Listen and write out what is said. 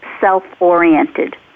self-oriented